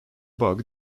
bug